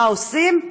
מה עושים?